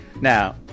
Now